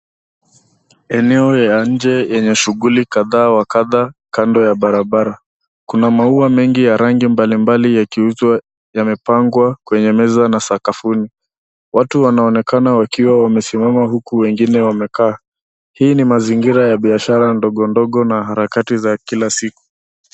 Eneo ya nje enye shuguli kadha wa kadha kando ya barbara. Kuna maua mengi ya rangi mbalimbali yakiuzwa yamepangwa kwenye meza na sakafuni. Watu wanaonekana wakiwa wamesimama huku wengine wamekaa. Hii ni mazingira ya biashara ndogo ndogo na harakati za kila siku.